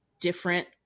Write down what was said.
different